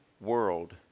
world